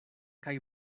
kaj